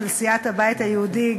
של סיעת הבית היהודי,